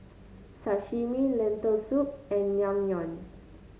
Sashimi Lentil Soup and Naengmyeon